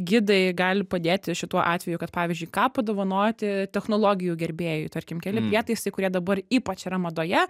gidai gali padėti šituo atveju kad pavyzdžiui ką padovanoti technologijų gerbėjui tarkim keli prietaisai kurie dabar ypač yra madoje